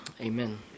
Amen